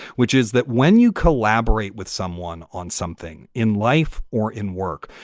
which is that when you collaborate with someone on something in life or in work,